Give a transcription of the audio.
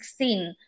2016